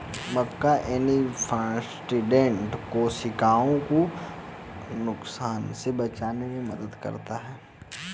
मक्का antioxidant कोशिकाओं को नुकसान से बचाने में मदद करता है